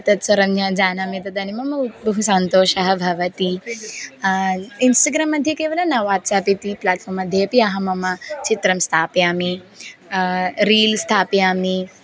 तत्सर्वं ज्ञ जानामि तदानीं मम बहु सन्तोषः भवति इन्स्टग्राम्मध्ये केवलं न वाट्साप् इति प्लाट्फ़ार्म्मध्ये अपि अहं मम चित्रं स्थापयामि रील्स् स्थापयामि